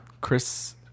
Chris